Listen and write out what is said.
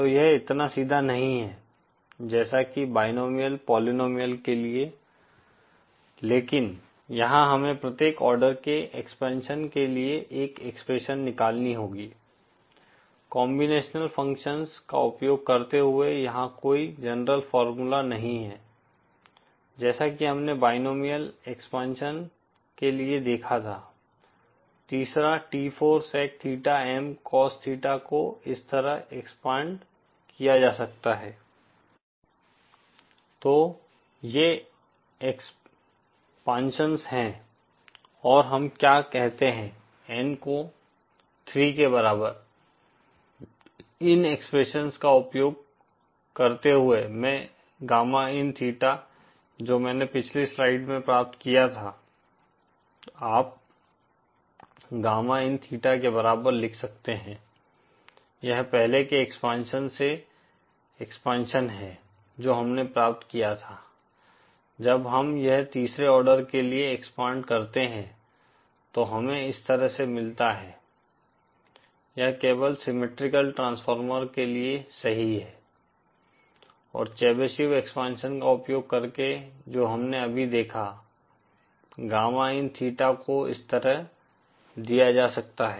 तो यह इतना सीधा नहीं है जैसा की बायनोमिअल पोलीनोमिअल के लिए लेकिन यहाँ हमें प्रत्येक आर्डर के एक्सपेंशन के लिए एक एक्सप्रेशन निकालनी होगीकॉम्बिनेशनल फंक्शन्स का उपयोग करते हुए यहाँ कोई जनरल फार्मूला नहीं है जैसा कि हमने बाइनोमिअल एक्सपेंशन के लिए देखा था तीसरा T4 sec theta M cos theta को इस तरह एक्सपैंड किया जा सकता है तो ये एक्सपैंशस हैं और हम क्या कहते हैं N को 3 के बराबर इन एक्सप्रेशंस का उपयोग करते हुए में गामा इन थीटा जो मैने पिछली स्लाइड में प्राप्त किया था आप गामा इन थीटा के बराबर लिख सकते हैं यह पहले के एक्सपेंशन से एक्सपेंशन है जो हमने प्राप्त किया था जब हम यह तीसरे आर्डर के लिए एक्सपैंड करते है तो हमे इस तरह से मिलता है यह केवल सिमिट्रीकल ट्रांसफॉर्मर के लिए सही है और चेबशेव एक्सपेंशन का उपयोग करके जो हमने अभी देखा गामा इन थीटा को इस तरह दिया जा सकता है